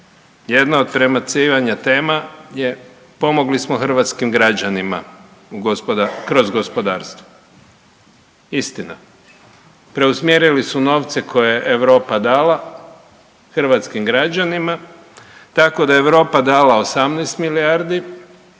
Jedna od prebacivanja tema je pomogli smo hrvatskim građanima kroz gospodarstvo. Istina, preusmjerili su novce koje je Europa dala hrvatskim građanima tako da je Europa dala 18 milijardi,